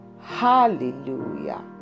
Hallelujah